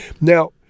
Now